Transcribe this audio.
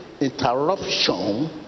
interruption